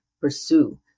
Pursue